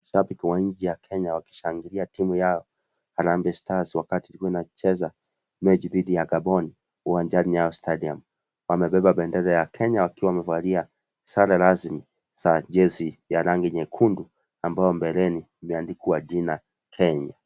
Mashabiki wa nchi ya Kenya wakishangilia timu yao, harambee stars wakati inacheza mechi dhidi ya Gabon uwanjani Nyayo Stadium, wamebeba bendera ya Kenya wakiwa wamevalia sare rasmi za jezi ya rangi nyekundu ambayo mbeleni imeandikwa jina Kenya.